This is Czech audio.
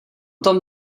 tom